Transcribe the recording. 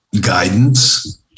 guidance